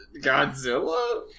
Godzilla